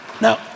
Now